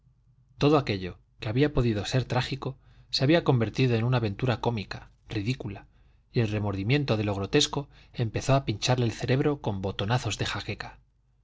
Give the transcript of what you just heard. todo aquello que había podido ser trágico se había convertido en una aventura cómica ridícula y el remordimiento de lo grotesco empezó a pincharle el cerebro con botonazos de jaqueca